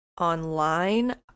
online